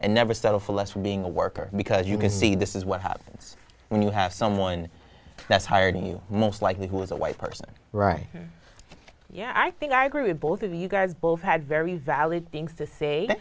and never settle for less for being a worker because you can see this is what happens when you have someone that's hired you most likely who is a white person right yeah i think i agree with both of you guys both had very valid things to say